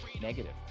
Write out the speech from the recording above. negative